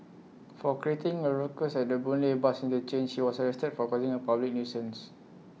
for creating A ruckus at the boon lay bus interchange he was arrested for causing A public nuisance